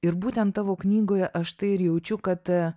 ir būtent tavo knygoje aš tai ir jaučiu kad